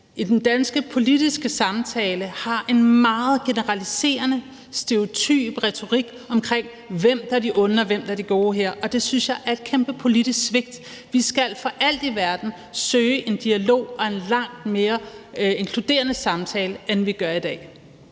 i den danske politiske samtale har en meget generaliserende stereotyp retorik omkring, hvem der er de onde, og hvem der er de gode her, og det synes jeg er et kæmpe politisk svigt. Vi skal for alt i verden søge en dialog og en langt mere inkluderende samtale, end vi gør i dag.